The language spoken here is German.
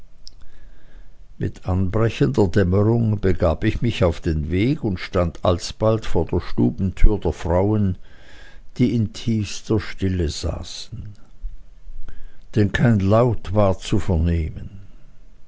mit anbrechender dämmerung begab ich mich auf den weg und stand alsbald vor der stubentüre der frauen die in tiefster stille saßen denn kein laut war zu vernehmen